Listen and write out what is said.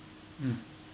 mm